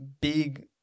big